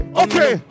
okay